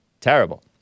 Terrible